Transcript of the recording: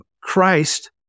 Christ